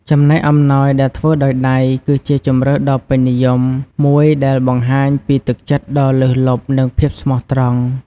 ចំណែកអំណោយដែលធ្វើដោយដៃ គឺជាជម្រើសដ៏ពេញនិយមមួយដែលបង្ហាញពីទឹកចិត្តដ៏លើសលប់ និងភាពស្មោះត្រង់។